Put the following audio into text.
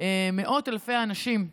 מאות אלפי אנשים לבידוד,